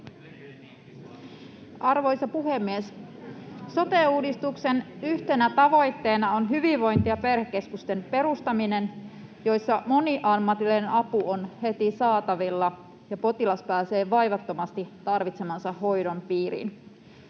Arvoisa puhemies! Sote-uudistuksen yhtenä tavoitteena on hyvinvointi- ja perhekeskusten perustaminen, joissa moniammatillinen apu on heti saatavilla ja potilas pääsee vaivattomasti tarvitsemansa hoidon piiriin.